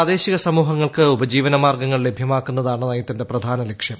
പ്രാദേശിക സമൂഹങ്ങൾക്ക് ഉപജീവനമാർഗങ്ങൾ ലഭ്യമാക്കുന്നതാണ് നയത്തിന്റെ പ്രധാന ലക്ഷ്യം